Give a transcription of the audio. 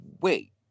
wait